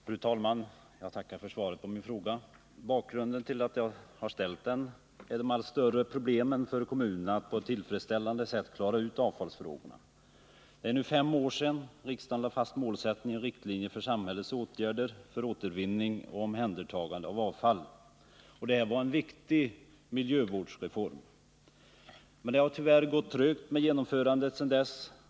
Fru talman! Jag tackar för svaret på min fråga. Bakgrunden till att jag ställt frågan är de allt större problemen för kommunerna att på ett tillfredsställande sätt klara ut avfallsfrågorna. Det är nu fem år sedan riksdagen lade fast målsättning och riktlinjer för samhällets åtgärder för återvinning och omhändertagande av avfall. Det här var en viktig miljövårdsreform. Men det har tyvärr gått trögt med genomförandet.